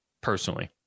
personally